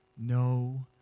no